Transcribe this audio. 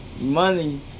money